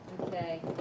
okay